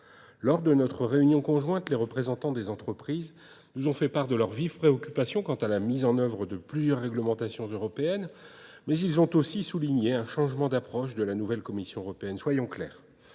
Lors de notre réunion conjointe, les représentants des entreprises nous ont fait part de leur vive préoccupation quant à la mise en œuvre de plusieurs réglementations européennes, mais ils ont aussi souligné un changement d'approche de la nouvelle Commission européenne. Soyons clairs,